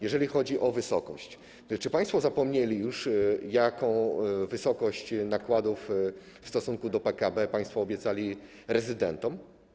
Jeżeli chodzi o wysokość, to czy państwo zapomnieli już, jaką wysokość nakładów w stosunku do PKB państwo obiecali rezydentom?